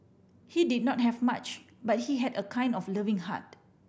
he did not have much but he had a kind of loving heart